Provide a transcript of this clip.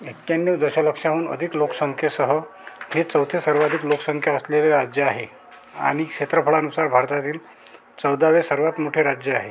एक्याण्णव दशलक्षाहून अधिक लोकसंख्येेसह हे चौथे सर्वाधिक लोकसंख्या असलेले राज्य आहे आणि क्षेत्रफळानुसार भारतातील चौदावे सर्वात मोठे राज्य आहे